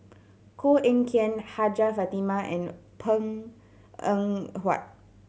Koh Eng Kian Hajjah Fatimah and Png Eng Huat